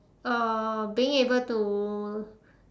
uh being able to